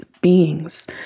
beings